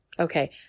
Okay